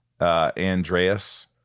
Andreas